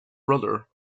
brother